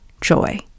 joy